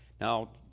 Now